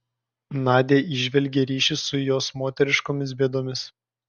nadia įžvelgė ryšį su jos moteriškomis bėdomis